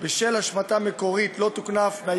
שכאמור התקבל על-ידי חברי הכנסת מהקואליציה ומהאופוזיציה